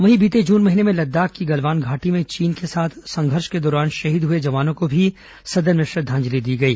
वहीं बीते जून महीने में लद्दाख की गलवान घाटी में चीन के साथ संघर्ष के दौरान शहीद हुए जवानों को भी सदन में श्रद्धांजलि दी गई